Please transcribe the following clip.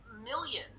millions